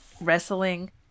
wrestling